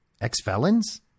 ex-felons